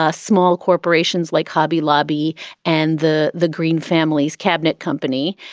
ah small corporations like hobby lobby and the the green families cabinet company.